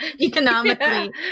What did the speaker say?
economically